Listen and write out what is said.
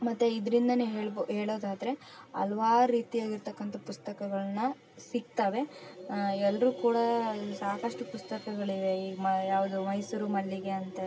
ಮತ್ತು ಇದ್ರಿಂದ ಹೇಳ್ಬೋ ಹೇಳೋದಾದರೆ ಹಲ್ವಾರು ರೀತಿ ಆಗಿರ್ತಕ್ಕಂಥ ಪುಸ್ತಕಗಳು ಸಿಕ್ತವೆ ಎಲ್ಲರು ಕೂಡ ಸಾಕಷ್ಟು ಪುಸ್ತಕಗಳಿವೆ ಈ ಮಾ ಯಾವುದು ಮೈಸೂರು ಮಲ್ಲಿಗೆ ಅಂಥದ್ದೇ